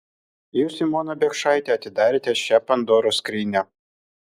jūs simona biekšaite atidarėte šią pandoros skrynią